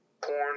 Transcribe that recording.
porn